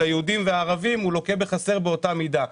היהודים והערבים לוקה בחסר באותה מידה.